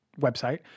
website